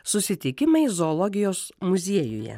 susitikimai zoologijos muziejuje